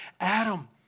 Adam